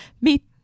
meet